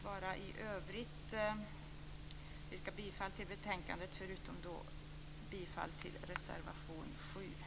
Jag yrkar bifall till reservation 7 och i övrigt till utskottets hemställan.